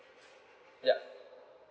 yup